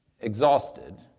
exhausted